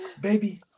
Baby